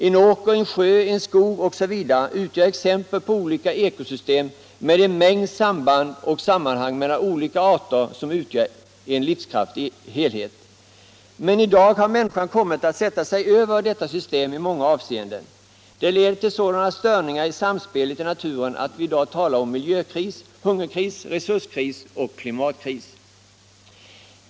En åker, en sjö, en skog osv. utgör exempel på olika ekosystem med en mängd samband och sammanhang mellan olika arter som utgör en livskraftig helhet. Men i dag har människan i många avseenden kommit att sätta sig över detta system. Det leder till sådana störningar i samspelet i naturen att vi i dag talar om miljökris, hungerkris, resurskris och klimatkris.